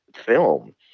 film